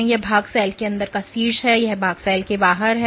तो यह भाग सेल के अंदर का शीर्ष है और यह भाग सेल के बाहर है